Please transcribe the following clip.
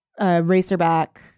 racerback